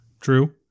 true